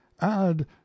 add